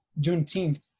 Juneteenth